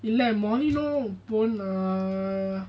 இல்ல:illa err